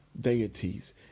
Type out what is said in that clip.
deities